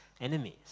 enemies